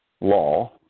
law